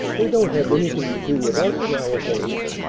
they don't have anything to do with us nowadays.